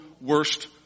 worst